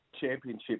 championship